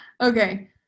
Okay